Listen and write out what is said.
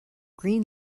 green